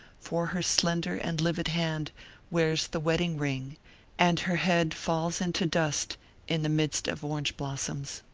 for her slender and livid hand wears the wedding-ring and her head falls into dust in the midst of orange blossoms.